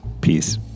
peace